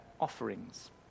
offerings